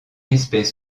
espèce